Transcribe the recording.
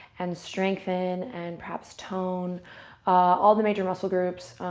and strengthen, and perhaps tone all the major muscle groups,